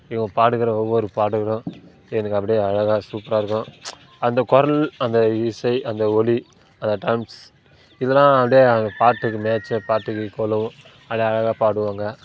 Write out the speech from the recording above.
இவங்க பாடுகிற ஒவ்வொரு பாடல்களும் எனக்கு அப்படியே அழகாக சூப்பராக இருக்கும் அந்த குரல் அந்த இசை அந்த ஒலி அந்த டான்ஸ் இதெலாம் அப்படியே அந்த பாட்டுக்கு மேட்சாக பாட்டுக்கு ஈக்குவலா அது அழகாக பாடுவாங்க